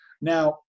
Now